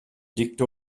dicta